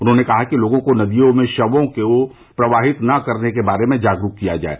उन्होंने कहा कि लोगों को नदियों में षवों को प्रवाहित नहीं करने के बारे में जागरूक किया जाये